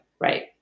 Right